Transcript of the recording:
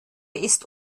ist